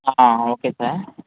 okay sir